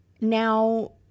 Now